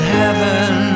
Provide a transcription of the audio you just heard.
heaven